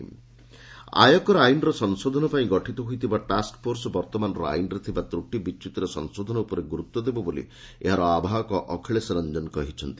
tax panel ଆୟକର ଆଇନର ସଂଶୋଧନ ପାଇଁ ଗଠିତ ହୋଇଥିବା ଟାସ୍କଫୋର୍ସ ବର୍ତ୍ତମାନର ଆଇନରେ ଥିବା ତ୍ରଟି ବିଚ୍ୟୁତିର ସଂଶୋଧନ ଉପରେ ଗୁରୁତ୍ୱ ଦେବ ବୋଲି ଏହାର ଆବାହକ ଅଖିଳଶେ ରଫଜନ କହିଛନ୍ତି